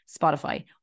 Spotify